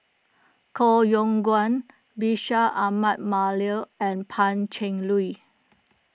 Koh Yong Guan Bashir Ahmad Mallal and Pan Cheng Lui